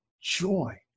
joy